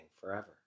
forever